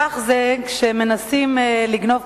כך זה כשמנסים לגנוב,